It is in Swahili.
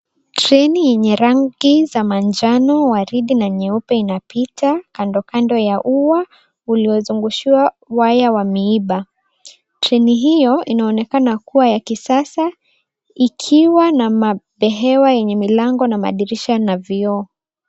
Treni yenye rangi za manjano waridi na nyeupe imepita kando kando ya ua uliyozungushiwa waya wa miba treni hiyo inaonekana kuwa ya kisasa ikiwa na madhehewa yenye milango na madirisha na vioo.